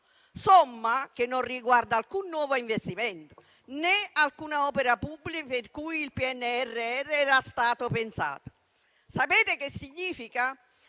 somma che non riguarda alcun nuovo investimento, né alcuna opera pubblica per cui il PNRR era stato pensato. Sapete che significa?